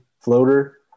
floater